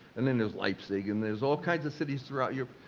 and then there's leipzig and there's all kinds of cities throughout europe.